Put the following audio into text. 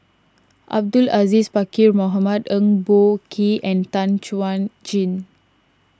Abdul Aziz Pakkeer Mohamed Eng Boh Kee and Tan Chuan Jin